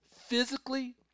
Physically